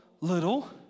little